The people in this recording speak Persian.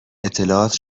اطلاعات